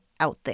OUTTHERE